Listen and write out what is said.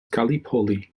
gallipoli